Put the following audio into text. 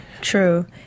True